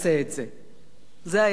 זה היה בריאיון, זה שודר.